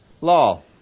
law